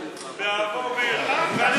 באהבה וביראה.